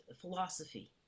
philosophy